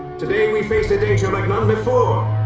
today we face a danger like none before.